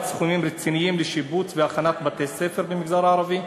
סכומים רציניים לשיפוץ והכנת בתי-ספר במגזר הערבי?